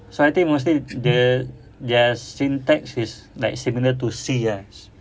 so I think mostly the their syntax is like similar to C